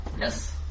Yes